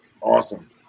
Awesome